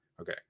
Okay